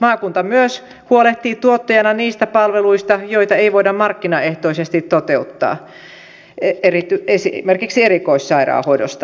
maakunta myös huolehtii tuottajana niistä palveluista joita ei voida markkinaehtoisesti toteuttaa esimerkiksi erikoissairaanhoidosta